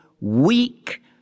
weak